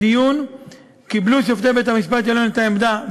בדיון קיבלו שופטי בית-המשפט העליון את העמדה,